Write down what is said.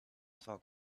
talk